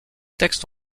textes